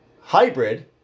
Hybrid